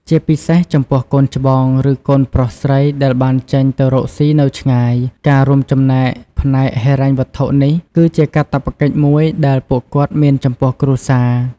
ជាពិសេសចំពោះកូនច្បង ឬកូនប្រុសស្រីដែលបានចេញទៅរកស៊ីនៅឆ្ងាយ ការរួមចំណែកផ្នែកហិរញ្ញវត្ថុនេះគឺជាកាតព្វកិច្ចមួយដែលពួកគាត់មានចំពោះគ្រួសារ។